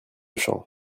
champ